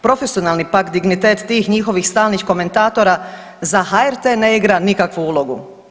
Profesionalni pak dignitet tih njihovih stalnih komentatora za HRT ne igra nikakvu ulogu.